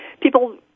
people